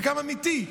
וגם אמיתי,